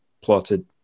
plotted